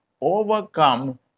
overcome